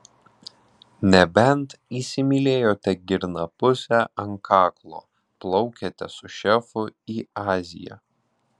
nebent įsimylėjote girnapusę ant kaklo plaukiate su šefu į aziją